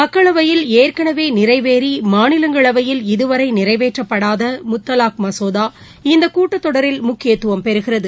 மக்களவையில் ஏற்கனவேநிறைவேறிமாநிலங்களவையில் இதுவரைநிறைவேற்றப்படாதமுத்தலாக் மசோதா இந்தகூட்டத்தொடரில் முக்கியத்துவம் பெறுகிறது